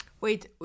wait